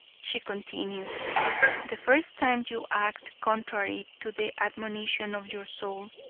she continued the first time you act contrary to the admonition of your soul,